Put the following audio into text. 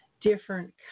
different